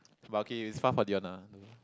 but okay it's far for Dion ah